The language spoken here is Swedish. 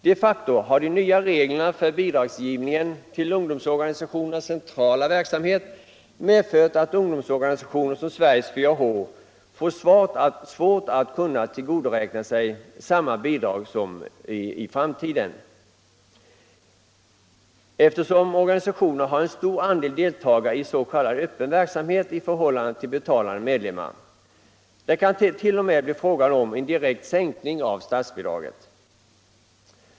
De facto har de nya reglerna för bidragsgivningen till ungdomsorganisationernas centrala verksamhet medfört att organisationer som Sveriges 4 H får svårt att kunna tillgodoräkna sig samma bidrag i framtiden, eftersom organisationen har en stor andel deltagare i s.k. öppen verksamhet i förhållande till betalande medlemmar. Det kan t.o.m. bli fråga om en direkt sänkning av statsbidraget.